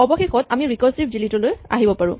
অৱশেষত আমি recursive delete লৈ আহিব পাৰোঁ